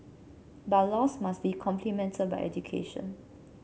but laws must be complemented by education